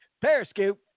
Periscope